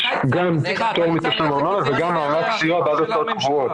יש גם --- מענק סיוע בעד הוצאות קבועות,